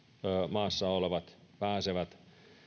maassa olevat ja yritykset myös pääsevät